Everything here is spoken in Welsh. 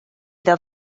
iddo